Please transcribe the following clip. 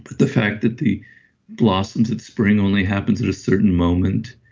but the fact that the blossoms at spring only happen at a certain moment,